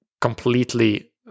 completely